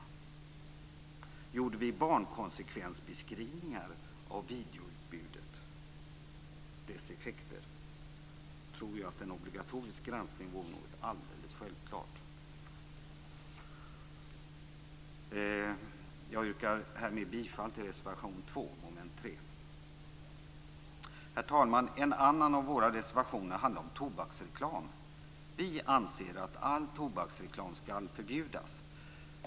Om vi skulle göra barnkonsekvensbeskrivningar av effekterna av videoutbudet skulle en obligatorisk granskning framstå som alldeles självklar. Jag yrkar härmed bifall till reservation 2 under mom. 3. Herr talman! En annan av våra reservationer handlar om tobaksreklam. Vi anser att all tobaksreklam skall förbjudas.